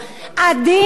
הדין הדתי,